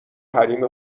حریم